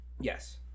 Yes